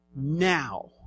Now